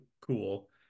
Cool